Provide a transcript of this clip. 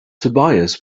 tobias